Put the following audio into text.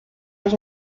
was